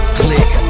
click